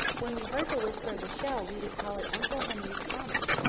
when we heard the whisper of the shell, we would call it uncle henry's promise.